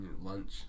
Lunch